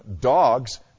dogs